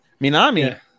Minami